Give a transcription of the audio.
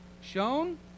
Shown